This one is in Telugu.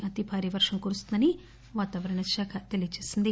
అతి భారీ వర్గం కురుస్తుందని వాతావరణ శాఖ ఈరోజు తెలియచేసింది